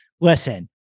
listen